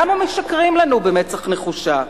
למה משקרים לנו במצח נחושה?